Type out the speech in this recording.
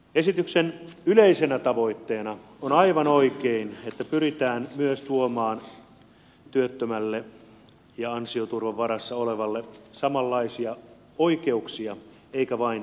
esityksen yleisenä tavoitteena on aivan oikein että pyritään myös tuomaan työttömälle ja ansioturvan varassa olevalle samanlaisia oikeuksia eikä vain pelkkiä velvollisuuksia